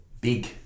Big